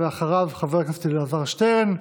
אחריו, חבר הכנסת אלעזר שטרן.